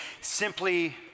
simply